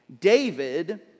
David